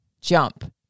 jump